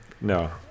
no